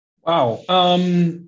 Wow